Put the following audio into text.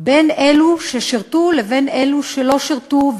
בין אלה ששירתו לבין אלה שלא שירתו,